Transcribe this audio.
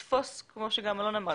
כמו שגם אלון אמר.